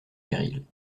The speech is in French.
périls